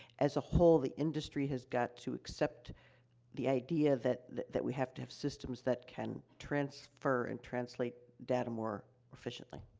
as a whole, the industry has got to accept the idea that that that we have to have systems that can transfer and translate data more efficiently.